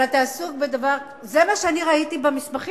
אבל אתה עסוק בדבר, זה מה שאני ראיתי במסמכים.